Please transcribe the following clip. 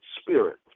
spirit